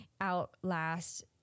outlast